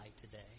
today